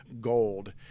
gold